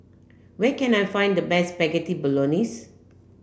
where can I find the best Spaghetti Bolognese